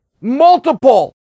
Multiple